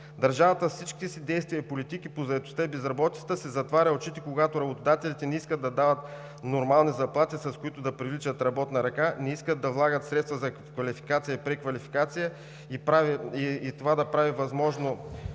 Държавата с всичките си действия и политики по заетостта и безработицата си затваря очите, когато работодателите не искат да дават нормални заплати, с които да привличат работна ръка, не искат да влагат средства за квалификация и преквалификация. Всички тези действия правят възможно